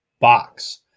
box